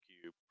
cube